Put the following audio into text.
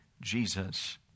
Jesus